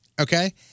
Okay